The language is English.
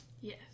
Yes